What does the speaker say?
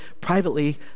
privately